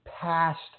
past